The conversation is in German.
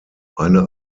eine